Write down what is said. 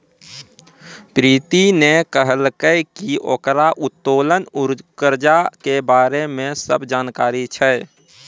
प्रीति ने कहलकै की ओकरा उत्तोलन कर्जा के बारे मे सब जानकारी छै